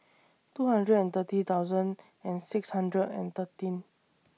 two hundred and thirty thousand and six hundred and thirteen